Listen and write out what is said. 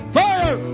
fire